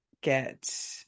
get